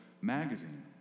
Magazine